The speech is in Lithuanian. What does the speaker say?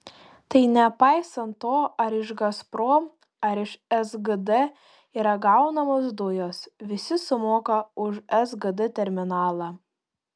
tai nepaisant to ar iš gazprom ar iš sgd yra gaunamos dujos visi sumoka už sgd terminalą